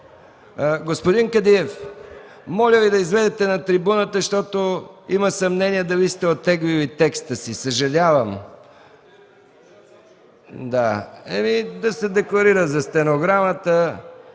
Господин Кадиев, моля Ви да излезете на трибуната, защото има съмнение дали сте оттеглили текста си. Да се декларира за стенограмата.